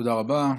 תודה רבה.